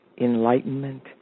enlightenment